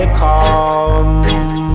come